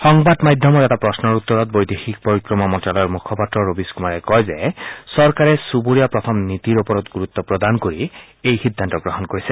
সংবাদ মাধ্যমৰ এটা প্ৰশ্নৰ উত্তৰত বৈদেশিক পৰিক্ৰমা মন্ত্ৰালয়ৰ মুখাপাত্ৰ ৰবীশ কুমাৰে কয় যে চৰকাৰে চুবুৰীয়া প্ৰথম নীতিৰ ওপৰত গুৰুত্ব প্ৰদান কৰি এই সিদ্ধান্ত লৈছে